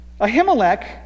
Ahimelech